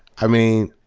i mean,